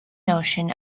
notion